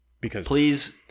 Please